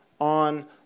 on